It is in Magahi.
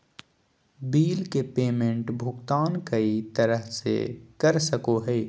बिल के पेमेंट भुगतान कई तरह से कर सको हइ